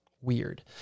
Weird